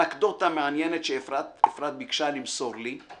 אנקדוטה מעניינת שאפרת ביקשה למסור לי.